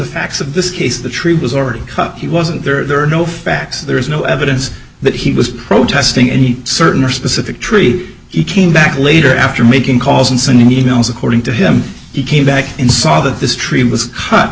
facts of this case the tree was already he wasn't there there are no facts there is no evidence that he was protesting any certain or specific tree he came back later after making calls and emails according to him he came back and saw that this tree was hot